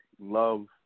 love